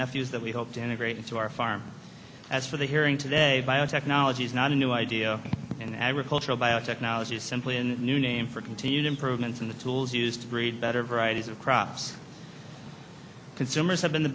nephews that we hope to integrate into our farm as for the hearing today biotechnology is not a new idea an agricultural biotechnology is simply a new name for continued improvements in the tools used to breed better varieties of crops consumers have been the